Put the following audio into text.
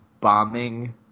bombing